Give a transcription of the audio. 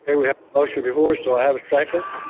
ah we have a motion before us. do i have a second?